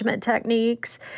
techniques